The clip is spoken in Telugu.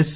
ఎస్